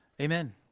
amen